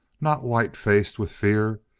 not white-faced with fear,